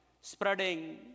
spreading